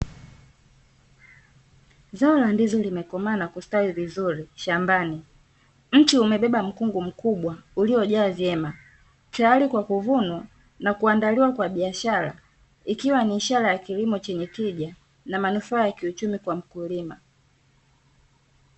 Zao la ndizi limekomaa na kustawi vizuri. Shambani mti umebeba mkungu mkubwa uliyojaa vyema tayari kwa kuvunwa na kuandaliwa kwa biashara ikiwa ni ishara ya kilimo chenye tija na manufaa ya kiuchumi kwa mkulima.